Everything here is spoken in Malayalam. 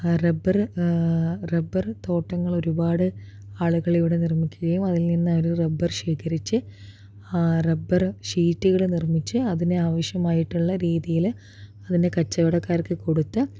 റബ്ബറ് റബ്ബറ് തോട്ടങ്ങൾ ഒരു പാട് ആളുകളിവിടെ നിർമ്മിക്കുകയും അതിൽ നിന്ന് അവര് റബ്ബർ ശേഖരിച്ച് ആ റബ്ബർ ഷീറ്റുകള് നിർമ്മിച്ച് അതിന് ആവശ്യമായിട്ടുള്ള രീതിയിൽ അതിൻ്റെ കച്ചവടക്കാർക്ക് കൊടുത്ത്